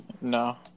No